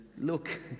look